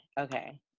Okay